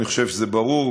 אני חושב שזה ברור,